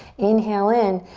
inhale in.